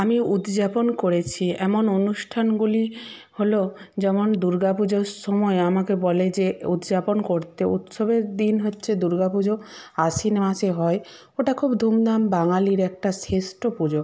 আমি উদযাপন করেছি এমন অনুষ্ঠানগুলি হল যেমন দুর্গা পুজোর সময় আমাকে বলে যে উদযাপন করতে উৎসবের দিন হচ্ছে দুর্গা পুজো আশ্বিন মাসে হয় ওটা খুব ধুমধাম বাঙালির একটা শ্রেষ্ঠ পুজো